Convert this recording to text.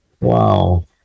Wow